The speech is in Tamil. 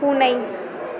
பூனை